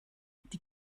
die